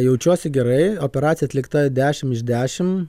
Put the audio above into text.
jaučiuosi gerai operacija atlikta dešimt iš dešimt